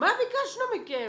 מה ביקשנו מכם,